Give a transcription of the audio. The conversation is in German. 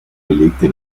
belegte